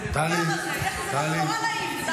ככה זה, יש לזה --- נורא נעים.